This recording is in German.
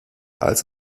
als